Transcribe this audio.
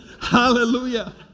Hallelujah